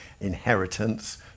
inheritance